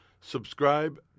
Subscribe